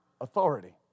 Authority